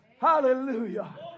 Hallelujah